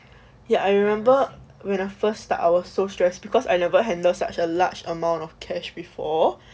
ya I remember when I first I was so stress because I never handled such a large amount of cash before